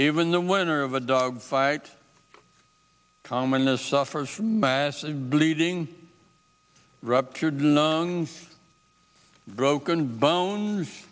even the winner of a dog fight commonness suffers from massive bleeding ruptured lungs broken bones